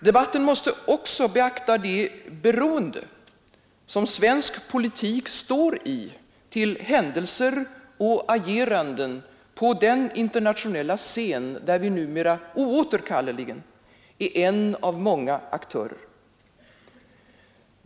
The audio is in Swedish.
Debatten måste också beakta det beroende som svensk politik står i till händelser och ageranden på den internationella scen, där vi numera oåterkalleligt är en av många aktörer.